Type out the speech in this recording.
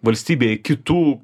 valstybėj kitų